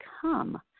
come